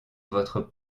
votre